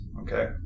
Okay